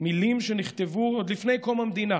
מילים שנכתבו עוד לפני קום המדינה,